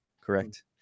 Correct